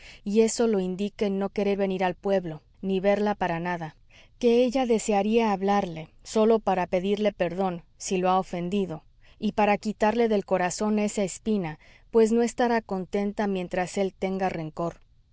y eso lo indica el no querer venir al pueblo ni verla para nada que ella desearía hablarle sólo para pedirle perdón si lo ha ofendido y para quitarle del corazón esa espina pues no estará contenta mientras él tenga rencor